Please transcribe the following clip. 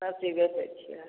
सब चीज बेचैत छियै